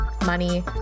money